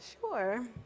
Sure